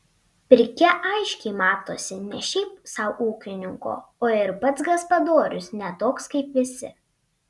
pirkia aiškiai matosi ne šiaip sau ūkininko o ir pats gaspadorius ne toks kaip visi